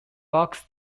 box